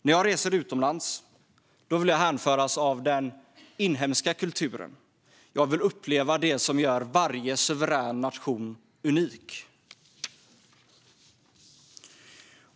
När jag reser utomlands vill jag hänföras av den inhemska kulturen. Jag vill uppleva det som gör varje suverän nation unik.